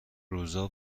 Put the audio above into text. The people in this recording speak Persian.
روزا